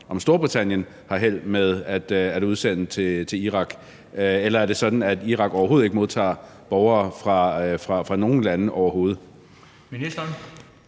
Storbritannien har held med at udsende til Irak. Eller er det sådan, at Irak overhovedet ikke modtager borgere fra nogen lande?